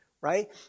right